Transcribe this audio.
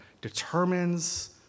determines